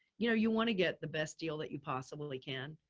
you know, you want to get the best deal that you possibly can,